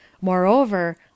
Moreover